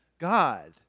God